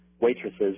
waitresses